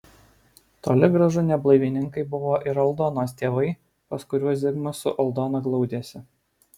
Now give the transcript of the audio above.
toli gražu ne blaivininkai buvo ir aldonos tėvai pas kuriuos zigmas su aldona glaudėsi